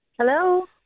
Hello